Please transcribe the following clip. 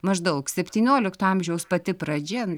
maždaug septyniolikto amžiaus pati pradžia